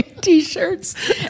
T-shirts